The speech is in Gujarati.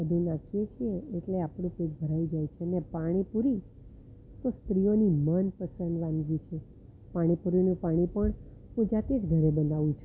બધું નાખીએ છીએ એટલે આપણું પેટ ભરાઈ જાય છે ને પાણી પૂરી તો સ્ત્રીઓની મનપસંદ વાનગી છે પાણી પુરીનું પાણી પણ હું જાતે જ ઘરે બનાવું છું